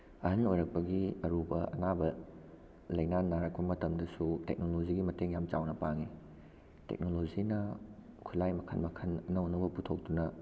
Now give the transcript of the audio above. ꯑꯍꯜ ꯑꯣꯏꯔꯛꯄꯒꯤ ꯑꯔꯨꯕ ꯑꯅꯥꯕ ꯂꯥꯏꯅꯥ ꯅꯥꯔꯛꯄ ꯃꯇꯝꯗꯁꯨ ꯇꯦꯛꯅꯣꯂꯣꯖꯤꯒꯤ ꯃꯇꯦꯡ ꯌꯥꯝ ꯆꯥꯎꯅ ꯄꯥꯡꯉꯤ ꯇꯦꯛꯅꯣꯂꯣꯖꯤꯅ ꯈꯨꯠꯂꯥꯏ ꯃꯈꯜ ꯃꯈꯜ ꯑꯅꯧ ꯑꯅꯧꯕ ꯄꯨꯊꯣꯛꯇꯨꯅ